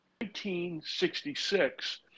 1966